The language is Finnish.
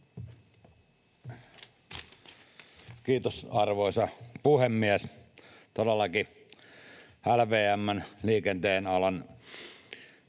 Kiitos, arvoisa puhemies! Todellakin LVM:n, liikenteen alan